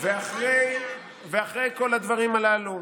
(חברת הכנסת יסמין פרידמן יוצאת מאולם המליאה.) ואחרי כל הדברים הללו,